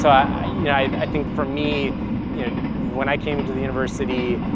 so i you know i think for me you know when i came to the university,